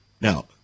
Now